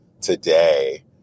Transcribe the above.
today